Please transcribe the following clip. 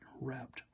wrapped